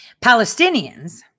Palestinians